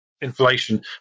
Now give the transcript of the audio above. Inflation